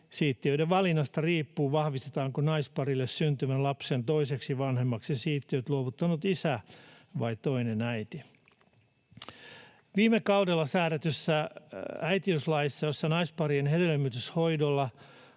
Siittiöiden valinnasta riippuu, vahvistetaanko naisparille syntyvän lapsen toiseksi vanhemmaksi siittiöt luovuttanut isä vai toinen äiti. Viime kaudella säädetyssä äitiyslaissa naisparin hedelmöityshoidolla